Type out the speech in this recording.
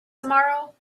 tomorrow